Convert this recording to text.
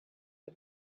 for